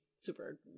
super